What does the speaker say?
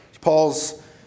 Paul's